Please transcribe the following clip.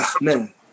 man